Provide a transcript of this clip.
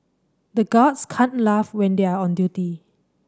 the guards can't laugh when they are on duty